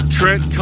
Trent